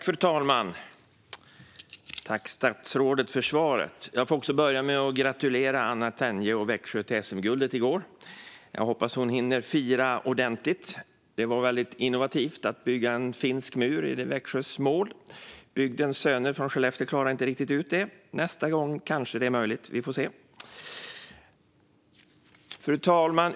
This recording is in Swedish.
Fru talman! Tack, statsrådet, för svaret! Låt mig börja med att gratulera Anna Tenje och Växjö till SM-guldet i går. Jag hoppas att hon hinner fira ordentligt. Det var innovativt att bygga en finsk mur in i Växjös mål. Bygdens söner från Skellefteå klarade inte riktigt ut det. Nästa gång kanske det är möjligt - vi får se. Fru talman!